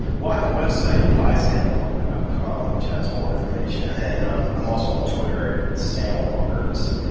well i have a website, bysamwalker dot com which has more information, and i'm i'm also on twitter, at samwalkers.